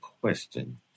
question